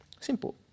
Simple